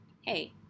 hey